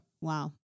Wow